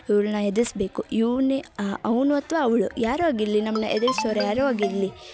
ಇವ್ಳ್ನ ಹೆದ್ರಿಸ್ಬೇಕು ಇವನೇ ಅವನು ಅಥ್ವಾ ಅವಳು ಯಾರೋ ಆಗಿರಲಿ ನಮನ್ನ ಹೆದ್ರಿಸೋರ್ ಯಾರೋ ಆಗಿರಲಿ